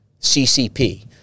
CCP